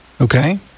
Okay